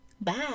bye